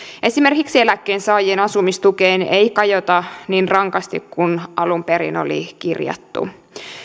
esimerkiksi eläkkeensaajien asumistukeen ei kajota niin rankasti kuin alun perin oli kirjattu